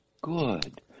Good